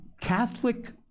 Catholic